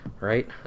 right